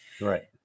Right